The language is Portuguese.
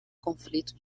conflito